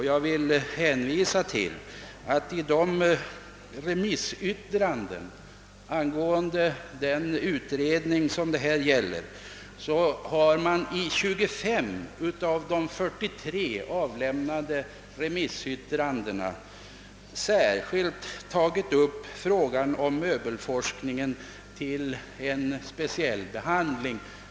Jag vill hänvisa till att man i 25 av de 43 avlämnade remissyttrandena angående den utredning det här gäller särskilt har tagit upp frågan om möbelforskningen till speciell behandling.